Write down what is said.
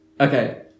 Okay